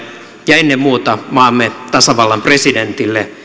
ja ennen muuta maamme tasavallan presidentille